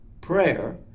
Prayer